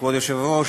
כבוד היושב-ראש,